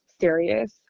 serious